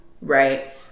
right